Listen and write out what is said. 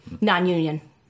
Non-union